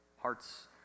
hearts